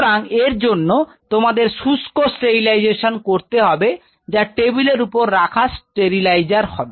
সুতরাং এর জন্য তোমাদের শুষ্ক স্টেরিলাইজেশন করতে হবে যা টেবিলের উপর রাখা স্টেবিলাইজার হয়